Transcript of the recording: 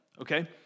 okay